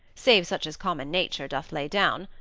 save such as common nature doth lay down,